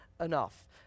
enough